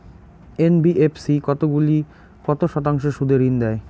NBFC কতগুলি কত শতাংশ সুদে ঋন দেয়?